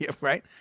Right